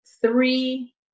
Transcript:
three